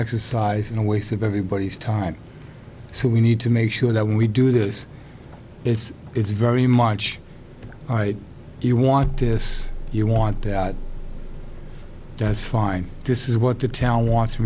exercise and a waste of everybody's time so we need to make sure that when we do this it's it's very much you want this you want that that's fine this is what the t